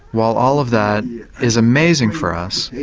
while all of that is amazing for us,